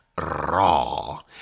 raw